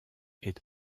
est